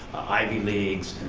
ivy leagues,